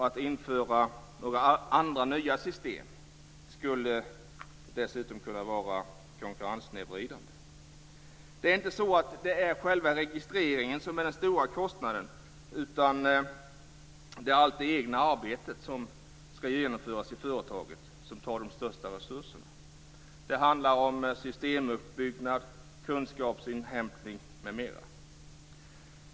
Att införa några andra nya system skulle dessutom kunna vara konkurrenssnedvridande. Det är inte så att det är själva registreringen som är den stora kostnaden, utan det är allt det egna arbetet som ska genomföras i företaget som tar de största resurserna. Det handlar om systemuppbyggnad, kunskapsinhämtning, m.m.